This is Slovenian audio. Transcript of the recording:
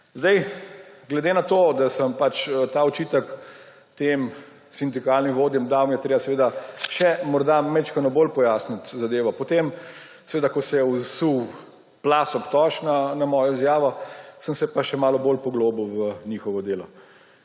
Glede na to, da sem pač ta očitek tem sindikalnim vodjam dal, je treba seveda še morda malo bolj pojasniti zadevo. Potem seveda, ko se je vsul plaz obtožb na mojo izjavo, sem se pa še malo bolj poglobil v njihovo delo.